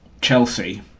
Chelsea